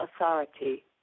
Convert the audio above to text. authority